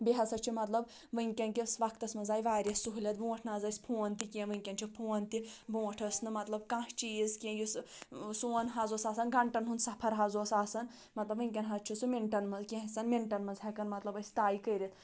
بیٚیہِ ہسا چھُ مطلب وٕنکؠن کِس وقتَس منٛز آیہِ واریاہ سہوٗلِیَت برونٛٹھ نہ حظ ٲسۍ فون تہِ کینٛہہ وٕنکؠن چھُ فون تہِ برونٛٹھ ٲس نہٕ مطلب کانٛہہ چیٖز کینٛہہ یُس سون حظ اوس آسان گنٛٹن ہُنٛد سَفر حظ اوس آسان مطلب وُنکیٚن حظ چھُ سُہ مِنٹَن منٛز کینٛژھن مِنٹَن منٛز ہؠکان مطلب أسۍ طے کٔرِتھ